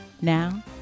now